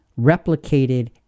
replicated